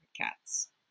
cats